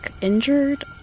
injured